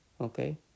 Okay